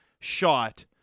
shot